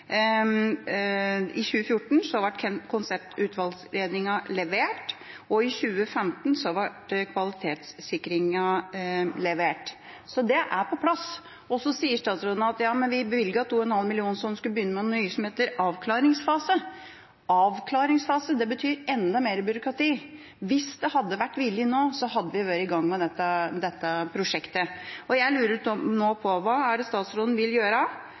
i 2012, ble både KVU og KVS igangsatt. I 2014 ble konseptvalgutredningen levert, og i 2015 ble kvalitetssikringen levert. Så det er på plass. Statsråden sier at vi bevilget 2,5 mill. kr som skulle begynne med noe som heter avklaringsfase. Men «avklaringsfase» betyr enda mer byråkrati. Hvis det hadde vært vilje nå, hadde vi vært i gang med dette prosjektet. Jeg lurer på: Hva vil statsråden gjøre